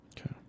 okay